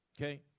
Okay